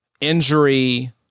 injury